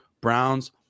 Browns